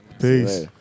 Peace